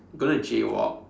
gonna jaywalk